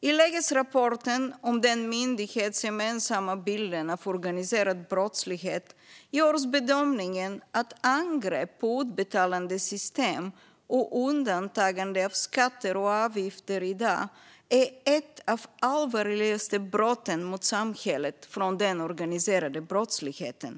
I lägesrapporten om den myndighetsgemensamma bilden av organiserad brottslighet görs bedömningen att angrepp på utbetalande system och undandragande av skatter och avgifter i dag är ett av de allvarligaste brotten mot samhället från den organiserade brottsligheten.